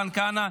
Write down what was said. מתן כהנא,